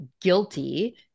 guilty